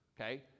Okay